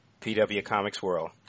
PWComicsWorld